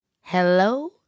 Hello